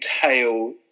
tail